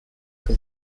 que